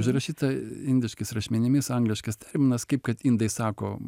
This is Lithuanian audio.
užrašyta indiškais rašmenimis angliškas terminas kaip kad indai sako